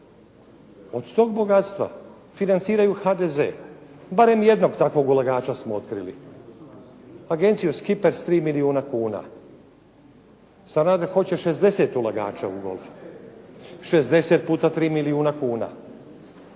Od tog bogatstva financiraju HDZ, barem jednog takvog ulagača smo otkrili Agenciju “Skipers“ 3 milijuna kuna. Sanader hoće 60 ulagača u golf. 60 puta 3 milijuna kuna.